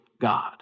God